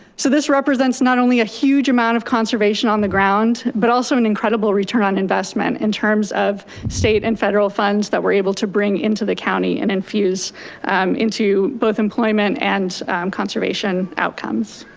so this represents not only a huge amount of conservation on the ground, but also an incredible return on investment in terms of state and federal funds that we're able to bring into the county and infuse um into, both employment and conservation outcomes.